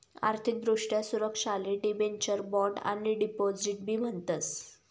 आर्थिक दृष्ट्या सुरक्षाले डिबेंचर, बॉण्ड आणि डिपॉझिट बी म्हणतस